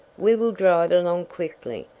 we will drive along quickly,